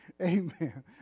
Amen